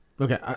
okay